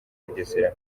bugesera